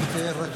בבקשה.